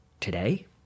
today